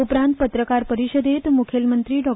उपरांत पत्रकार परिशदेंत मुखेलमंत्री डॉ